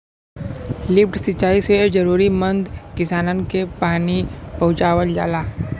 lift सिंचाई से जरूरतमंद किसानन के पानी पहुंचावल जाला